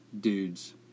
dudes